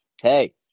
Hey